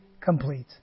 complete